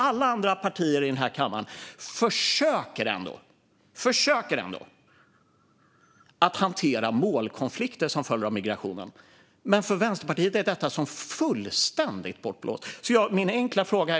Alla andra partier i denna kammare försöker ändå att hantera målkonflikter som följer av migrationen, men för Vänsterpartiet är detta som fullständigt bortblåst. Min enkla fråga är: Hur ska det här gå ihop?